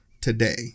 today